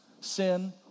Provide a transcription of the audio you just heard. sin